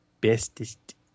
Bestest